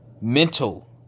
Mental